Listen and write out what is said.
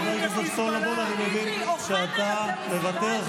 חבר הכנסת סולומון, אני מבין שאתה מוותר.